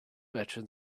better